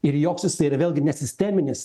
ir joks jisai ir vėlgi nesisteminis